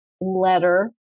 letter